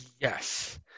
yes